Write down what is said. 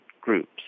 groups